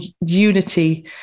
unity